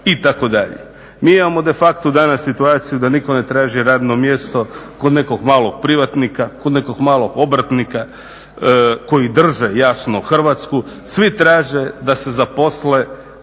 Mi imamo de facto danas situaciju da nitko ne traži radno mjesto kod nekog malo privatnika kod nekog malog obrtnika koji drže jasno Hrvatsku, svi traže da se zaposle